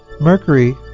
Mercury